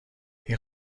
این